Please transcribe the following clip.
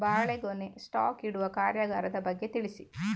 ಬಾಳೆಗೊನೆ ಸ್ಟಾಕ್ ಇಡುವ ಕಾರ್ಯಗಾರದ ಬಗ್ಗೆ ತಿಳಿಸಿ